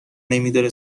نمیداره